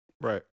Right